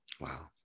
wow